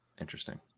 Interesting